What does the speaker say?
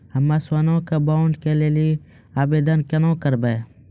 हम्मे सोना के बॉन्ड के लेली आवेदन केना करबै?